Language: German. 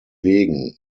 wegen